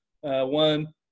one